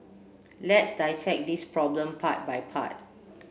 let's dissect this problem part by part